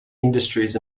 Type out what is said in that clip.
industries